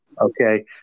Okay